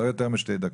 לא יותר משתי דקות.